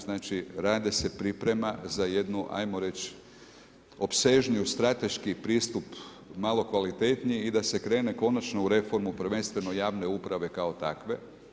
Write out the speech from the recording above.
Znači radi se priprema za jednu hajmo reći opsežniju strateški pristup malo kvalitetniji i da se krene konačno u reformu prvenstveno javne uprave kao takve.